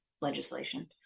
legislation